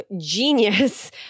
genius